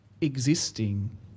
existing